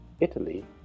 Italy